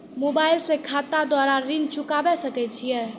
Mobile से खाता द्वारा ऋण चुकाबै सकय छियै?